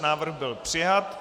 Návrh byl přijat.